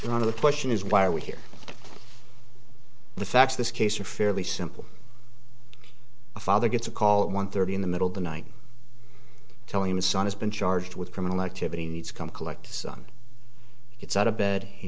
run of the question is why are we here the facts this case are fairly simple a father gets a call at one thirty in the middle of the night telling his son has been charged with criminal activity needs to come collect the son gets out of bed he